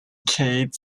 cade